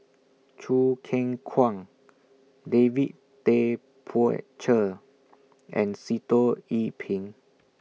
Choo Keng Kwang David Tay Poey Cher and Sitoh Yih Pin